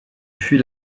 fuit